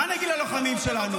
מה נגיד ללוחמים שלנו?